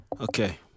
Okay